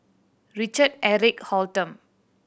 Richard Eric Holttum